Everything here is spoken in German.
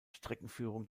streckenführung